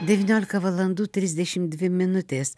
devyniolika valandų trisdešimt dvi minutės